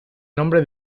nombre